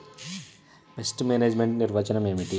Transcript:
Pest management నిర్వచనం ఏమిటి?